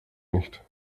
nicht